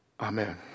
Amen